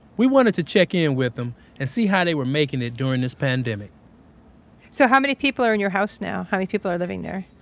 we wanted to check in with them and see how they were making it during this pandemic so how many people are in your house now? how many people are living there?